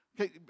Okay